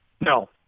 No